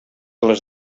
les